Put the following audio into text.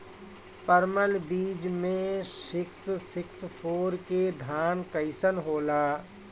परमल बीज मे सिक्स सिक्स फोर के धान कईसन होला?